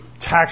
tax